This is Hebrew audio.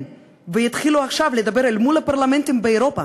ויתחילו לדבר עכשיו אל מול הפרלמנטים באירופה